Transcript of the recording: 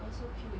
also cute